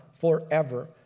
forever